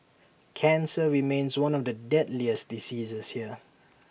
cancer remains one of the deadliest diseases here